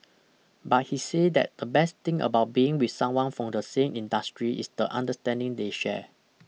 but he say that the best thing about being with someone from the same industry is the understanding they share